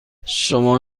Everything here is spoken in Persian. شما